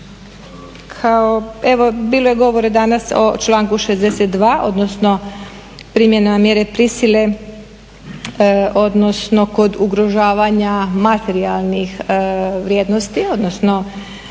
evo bilo je govora danas o članku 62. odnosno primjena mjere prisile odnosno kod ugrožavanja materijalnih vrijednosti odnosno,